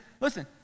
listen